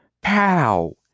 pow